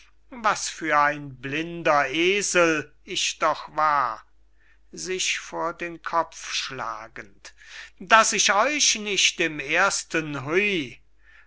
was für ein blinder esel ich doch war sich vor den kopf schlagend daß ich euch nicht im ersten hui